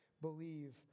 believe